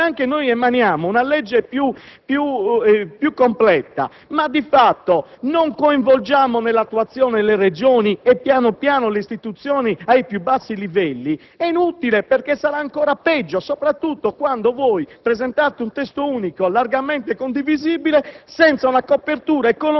denaro e di organizzazione, e naturalmente non potranno cambiare. Infatti, se anche emaniamo una legge più completa ma di fatto non coinvolgiamo nell'attuazione le Regioni, e man mano le istituzioni ai più bassi livelli, è tutto inutile perché sarà ancora peggio, soprattutto, quando